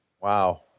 wow